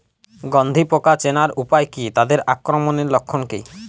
গন্ধি পোকা চেনার উপায় কী তাদের আক্রমণের লক্ষণ কী?